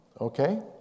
okay